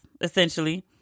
essentially